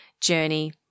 journey